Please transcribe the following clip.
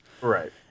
Right